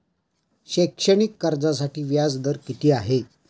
शैक्षणिक कर्जासाठी व्याज दर किती आहे?